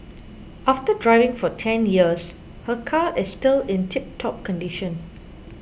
after driving for ten years her car is still in tiptop condition